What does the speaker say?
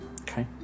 Okay